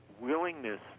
willingness